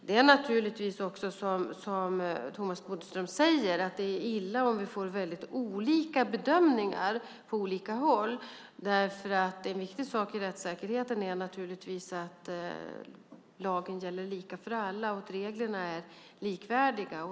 Det är naturligtvis också, som Thomas Bodström säger, illa om vi får väldigt olika bedömningar från olika håll. En viktig sak i rättssäkerheten är naturligtvis att lagen gäller lika för alla och att reglerna är likvärdiga.